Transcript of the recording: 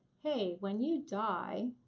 hey, when you die.